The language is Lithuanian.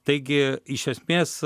taigi iš esmės